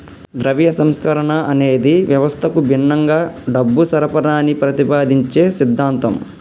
ద్రవ్య సంస్కరణ అనేది వ్యవస్థకు భిన్నంగా డబ్బు సరఫరాని ప్రతిపాదించే సిద్ధాంతం